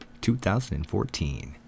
2014